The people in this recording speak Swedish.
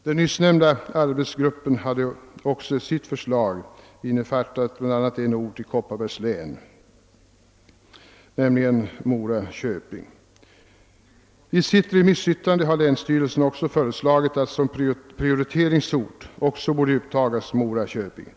Den nyssnämnda arbetsgruppen hade också i sitt förslag innefattat en ort i Kopparbergs län, nämligen Mora. I sitt remissyttrande har även länsstyrelsen föreslagit att Mora borde upptagas som prioriteringsort.